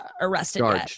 arrested